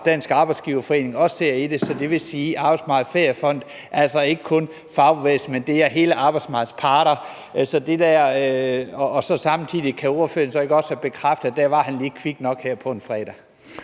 Dansk Arbejdsgiverforening også sidder i den? Det vil sige, at Arbejdsmarkedets Feriefond altså ikke kun er fagbevægelsen, men alle arbejdsmarkedets parter. Kan ordføreren ikke også samtidig bekræfte, at han var lige kvik nok her på en fredag?